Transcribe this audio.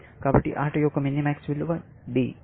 కాబట్టి ఆట యొక్క minimax విలువ D